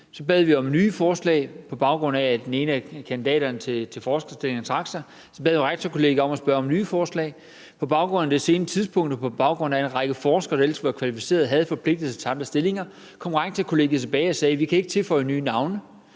Så bad vi om nye forslag på baggrund af, at den ene af kandidaterne til forskerstillingerne trak sig. Vi bad altså Rektorkollegiet om nye forslag. På baggrund af det sene tidspunkt og på baggrund af, at en række forskere, der ellers var kvalificerede, havde forpligtet sig til andre stillinger, kom Rektorkollegiet tilbage og sagde: Vi kan ikke tilføje nye navne.